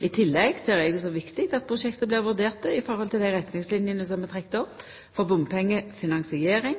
I tillegg ser eg det som viktig at prosjekta blir vurderte i forhold til dei retningslinjene som er trekte opp for bompengefinansiering,